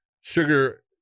sugar